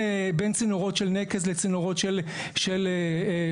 צינורות של נקז לצינורות של שפכים,